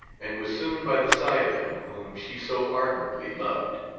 and was soon by the side of him whom she so ardently loved.